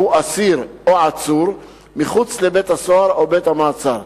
אסיר או עצור מחוץ לבית-הסוהר או בית-המעצר,